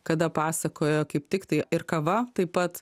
kada pasakojo kaip tiktai ir kava taip pat